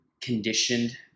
conditioned